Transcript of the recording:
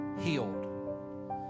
healed